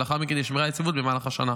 ולאחר מכן נשמרה יציבות במהלך השנה.